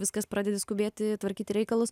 viskas pradedi skubėti tvarkyti reikalus